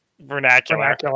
vernacular